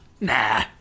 Nah